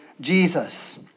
Jesus